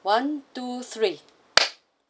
one two three